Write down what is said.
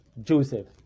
Joseph